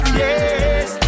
yes